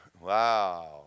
Wow